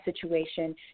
situation